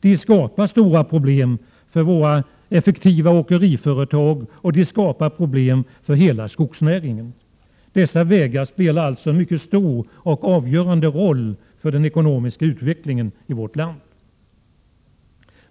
Det skapar stora problem för våra effektiva åkeriföretag, och det skapar problem för hela skogsnäringen. Dessa vägar spelar alltså en mycket stor och avgörande roll för den ekonomiska utvecklingen i vårt land.